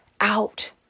out